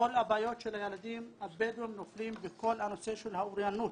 כל הבעיות של הילדים הבדואים נופלים בכל הנושא של האוריינות,